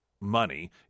money